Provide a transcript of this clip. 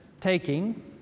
taking